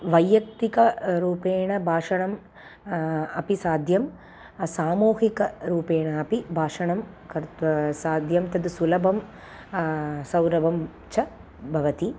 वैयक्तिक रूपेण भाषणं अपि साध्यं सामूहिकरूपेण अपि भाषणं कर्त्व साध्यं तद् सुलभं सौरवं च भवति